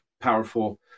powerful